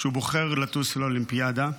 שהוא בוחר לטוס לאולימפיאדה.